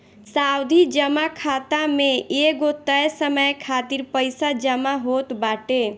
सावधि जमा खाता में एगो तय समय खातिर पईसा जमा होत बाटे